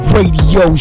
Radio